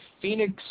Phoenix